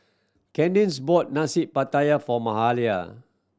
Cadence bought Nasi Pattaya for Mahalia